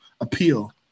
appeal